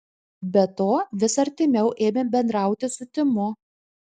be to vis artimiau ėmė bendrauti su timu